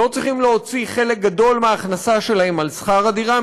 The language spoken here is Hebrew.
לא צריכים להוציא חלק גדול מההכנסה שלהם על שכר הדירה,